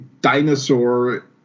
dinosaur